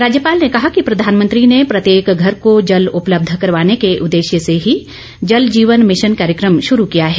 राज्यपाल ने कहा कि प्रधानमंत्री ने प्रत्येक घर को जल उपलब्ध करवाने के उद्देश्य से ही जल जीवन मिशन कार्यक्रम शरू किया है